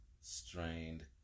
strained